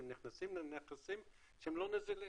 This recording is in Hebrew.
הם נכנסים לנכסים שהם לא נזילים,